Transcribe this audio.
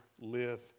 live